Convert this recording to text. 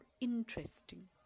interesting